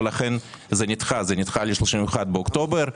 ולכן זה נדחה ל-31 באוקטובר,